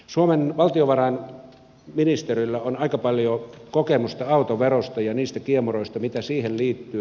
suomen valtiovarainministeriöllä on aika paljon kokemusta autoverosta ja niistä kiemuroista mitä siihen liittyy